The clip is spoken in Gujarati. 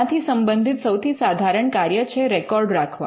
આનાથી સંબંધિત સૌથી સાધારણ કાર્ય છે રેકોર્ડ રાખવા